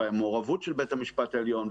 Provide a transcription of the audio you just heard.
המעורבות של בית המשפט העליון,